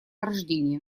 рождения